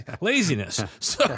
laziness